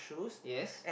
yes